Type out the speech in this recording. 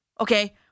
Okay